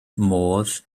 modd